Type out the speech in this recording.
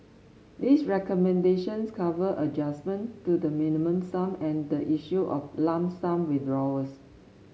these recommendations cover adjustment to the Minimum Sum and the issue of lump sum withdrawals